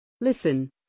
Listen